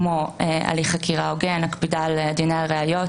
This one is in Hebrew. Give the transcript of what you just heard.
כמו הליך חקירה הוגן, הקפדה על דיני הראיות